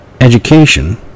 Education